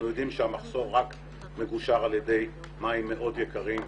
יודעים שהמחסור רק מגושר על ידי מים מאוד יקרים.